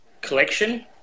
collection